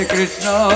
Krishna